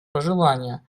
пожелание